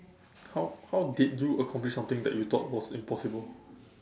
how how did you accomplish something that you thought was impossible